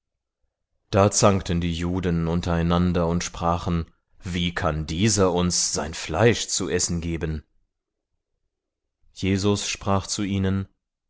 da zankten die juden untereinander und sprachen wie kann dieser uns sein fleisch zu essen geben jesus sprach zu ihnen